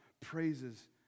praises